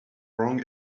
wrong